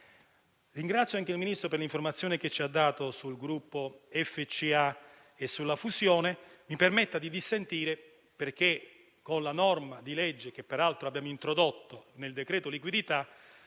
Ringrazio il Ministro anche per le informazioni che ci ha dato sul gruppo FCA e sulla fusione. Mi permetta di dissentire perché con la norma di legge, che peraltro abbiamo introdotto nel cosiddetto decreto liquidità,